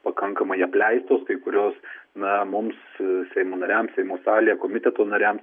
pakankamai apleistos kai kurios na mums seimo nariams seimo salėje komiteto nariams